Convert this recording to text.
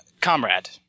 comrade